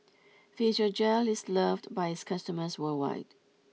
Physiogel is loved by its customers worldwide